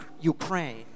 Ukraine